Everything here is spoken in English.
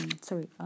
sorry